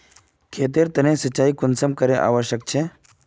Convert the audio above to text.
खेतेर तने सिंचाई कुंसम करे आवश्यक छै?